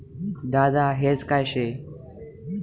दादा हेज काय शे?